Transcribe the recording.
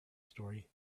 story